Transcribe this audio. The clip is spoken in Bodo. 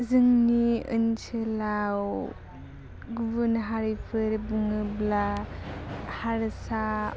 जोंनि ओनसोलाव गुबुन हारिफोर बुङोब्ला हारसा